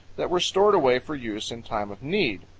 that were stored away for use in time of need.